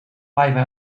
blijven